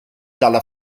dalla